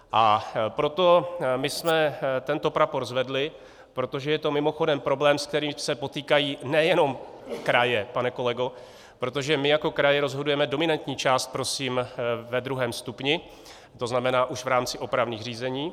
A proto my jsme tento prapor zvedli, protože to je mimochodem problém, s kterým se potýkají nejenom kraje, pane kolego, protože my jako kraje rozhodujeme dominantní část prosím ve druhém stupni, to znamená už v rámci opravných řízení.